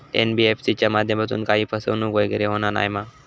NBFC च्या माध्यमातून काही फसवणूक वगैरे होना नाय मा?